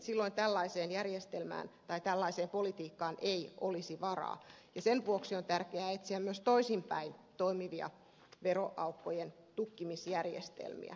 silloin tällaiseen järjestelmään tai tällaiseen politiikkaan ei olisi varaa ja sen vuoksi on tärkeää etsiä myös toisinpäin toimivia veroaukkojen tukkimisjärjestelmiä